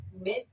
mid